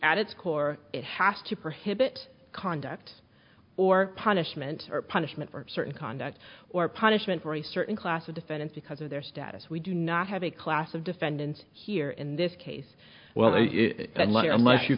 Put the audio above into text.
its core it has to perhaps conduct or punishment or punishment for certain conduct or punishment for a certain class of defendants because of their status we do not have a class of defendants here in this case well unless you